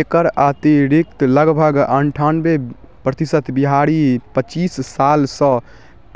एकर अतिरिक्त लगभग अनठानबे प्रतिशत बिहारी पचीस सालसँ